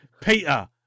Peter